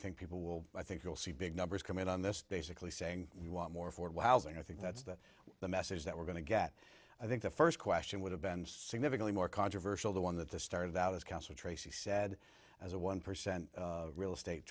think people will i think you'll see big numbers come in on this basically saying we want more affordable housing i think that's the message that we're going to get i think the first question would have been significantly more controversial the one that this started out as council tracey said as a one percent real estate